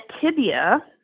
tibia